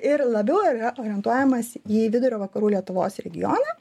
ir labiau yra orientuojamasi į vidurio vakarų lietuvos regioną